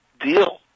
deal